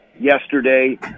yesterday